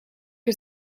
que